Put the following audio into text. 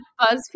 buzzfeed